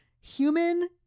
human